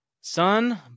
Son